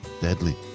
Deadly